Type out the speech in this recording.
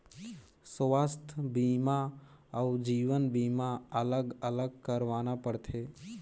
स्वास्थ बीमा अउ जीवन बीमा अलग अलग करवाना पड़थे?